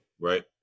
right